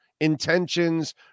intentions